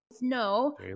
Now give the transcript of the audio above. no